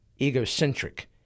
egocentric